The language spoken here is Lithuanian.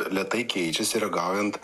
lėtai keičiasi ragaujant